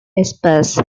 vespers